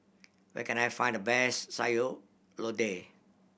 where can I find the best Sayur Lodeh